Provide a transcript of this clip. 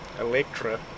Electra